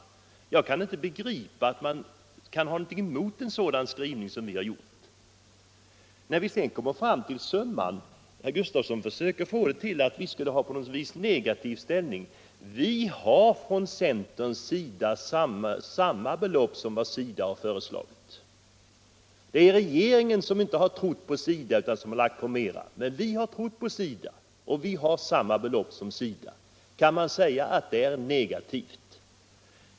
Jag kan inte begripa att man kan ha något emot en sådan skrivning som vi har gjort. När det gäller summan försöker herr Gustavsson få det till att vi skulle ha en negativ inställning. Vi från centern har samma belopp som SIDA föreslagit. Det är regeringen som inte trott på SIDA utan lagt till mera pengar, medan vi däremot har trott på SIDA och det belopp som SIDA föreslagit. Kan man säga att det är negativt?